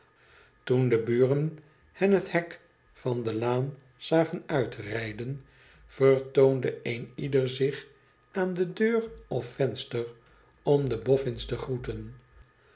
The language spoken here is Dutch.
toen de buren hen het hek van de laan zagen uitrijden vertoonde een ieder zich aan deur of venster om de boffins te groeten